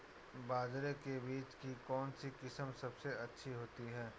बाजरे के बीज की कौनसी किस्म सबसे अच्छी होती है?